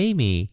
Amy